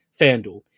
FanDuel